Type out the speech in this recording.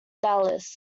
dallas